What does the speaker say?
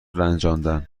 رنجاندن